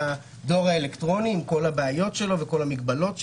הדואר האלקטרוני עם כל הבעיות שלו וכל המגבלות שלו,